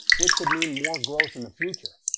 which could mean more growth in the future.